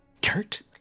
dirt